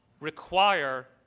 require